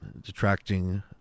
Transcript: Detracting